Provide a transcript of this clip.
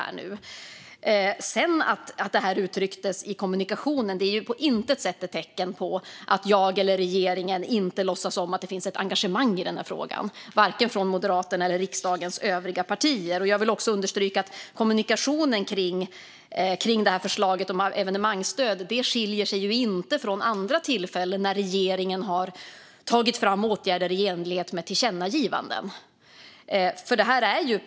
Hur det här sedan uttrycktes i kommunikationen är på intet sätt ett tecken på att jag eller regeringen inte låtsas om att det finns ett engagemang i den här frågan från Moderaterna eller riksdagens övriga partier. Jag vill också understryka att kommunikationen kring förslaget om evenemangsstöd inte skiljer sig från andra tillfällen då regeringen har tagit fram åtgärder i enlighet med tillkännagivanden.